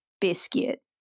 Biscuit